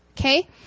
okay